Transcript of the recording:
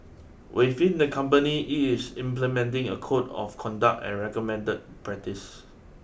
within the company it's implementing a code of conduct and recommend practice